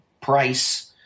price